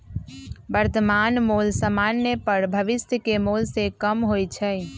वर्तमान मोल समान्य पर भविष्य के मोल से कम होइ छइ